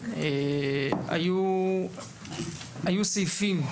היו סעיפים,